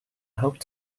helped